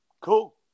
Cool